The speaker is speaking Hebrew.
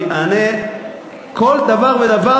אני אענה על כל דבר ודבר.